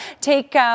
take